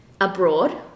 abroad